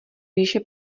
výše